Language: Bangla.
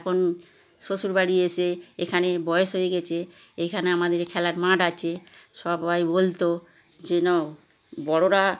এখন শ্বশুরবাড়ি এসে এখানে বয়স হয়ে গেছে এখানে আমাদের খেলার মাঠ আছে সবাই বলতো যে না বড়োরা